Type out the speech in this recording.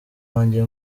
wajye